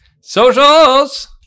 Socials